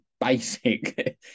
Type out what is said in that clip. basic